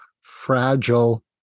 fragile